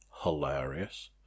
hilarious